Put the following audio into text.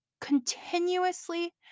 continuously